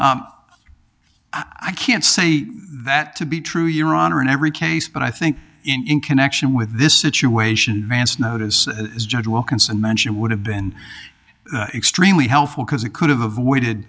cancun i can't say that to be true your honor in every case but i think in connection with this situation vance notice as judge wilkinson mentioned would have been extremely helpful because it could have avoided